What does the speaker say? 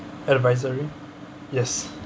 advisory yes